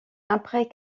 après